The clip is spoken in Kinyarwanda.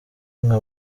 nka